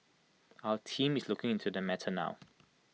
our team is looking into the matter now